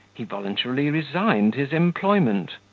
he voluntarily resigned his employment.